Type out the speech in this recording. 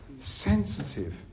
sensitive